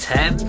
Ten